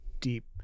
deep